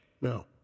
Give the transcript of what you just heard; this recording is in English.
No